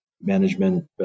Management